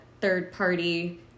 third-party